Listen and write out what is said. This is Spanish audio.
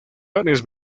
varias